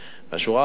בשורה האחרונה,